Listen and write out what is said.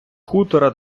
хутора